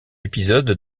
épisode